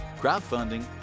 crowdfunding